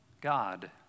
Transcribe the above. God